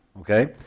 okay